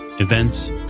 events